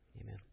Amen